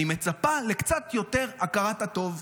אני מצפה לקצת יותר הכרת הטוב.